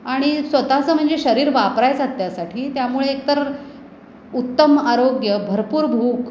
आणि स्वतःचं म्हणजे शरीर वापरायचात त्यासाठी त्यामुळे एक तर उत्तम आरोग्य भरपूर भूक